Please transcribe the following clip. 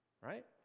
right